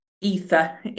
ether